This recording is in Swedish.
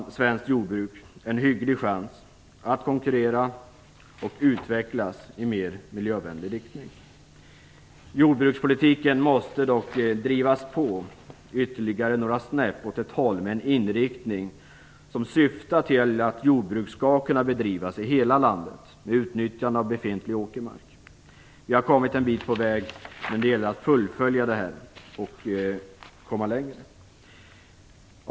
Nu får svenskt jordbruk ändå en hygglig chans att konkurrera och utvecklas i en mer miljövänlig riktning. Jordbrukspolitiken måste dock drivas ytterligare några snäpp åt ett håll som innebär att jordbruk skall kunna bedrivas i hela landet med utnyttjande av befintlig åkermark. Vi har kommit en bit på väg, men nu gäller det att komma längre.